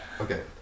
Okay